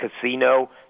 Casino